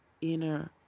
inner